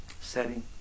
setting